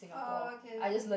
orh okay okay